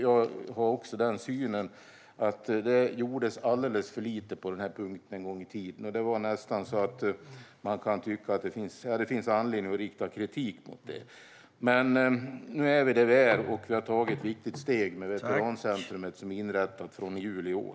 Jag menar att det gjordes alldeles för lite på denna punkt en gång i tiden, och det finns anledning att rikta kritik mot det. Men nu är vi där vi är, och vi har tagit ett viktigt steg med det veterancenter som inrättades i juli i år.